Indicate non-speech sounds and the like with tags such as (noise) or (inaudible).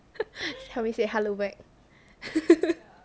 help me say hello back (laughs)